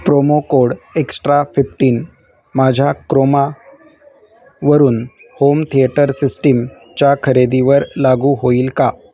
promo code extra fifteen माझ्या क्रोमावरून home theatre सिस्टीमच्या खरेदीवर लागू होईल का